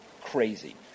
crazy